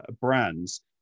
brands